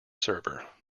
server